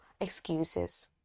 excuses